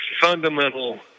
fundamental